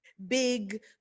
big